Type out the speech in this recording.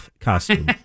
costume